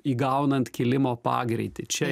įgaunant kilimo pagreitį čia